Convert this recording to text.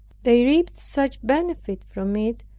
they reaped such benefit from it,